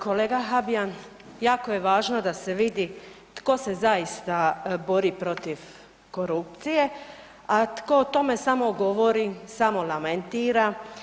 Kolega Habijan jako je važno da se vidi tko se zaista bori protiv korupcije, a tko o tome samo govori, samo lamentira.